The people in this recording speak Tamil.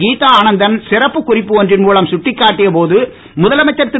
கீதா ஆனந்தன் சிறப்பு குறிப்பு ஒன்றின் மூலம் சுட்டிக்காட்டிய போது முதலமைச்சர் திரு